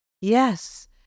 yes